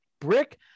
Brick